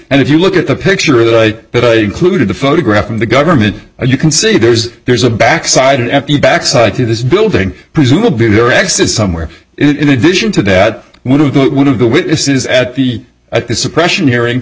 and if you look at the picture that i included the photograph from the government you can see there's there's a backside at the back side to this building presumably the exit somewhere in addition to that one of the one of the witnesses at the at the suppression hearing